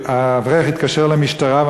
האברך התקשר למשטרה,